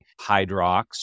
hydrox